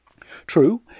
True